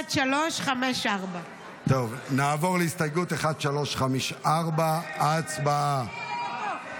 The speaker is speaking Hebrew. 1354. נעבור להסתייגות 1354, הצבעה.